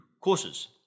courses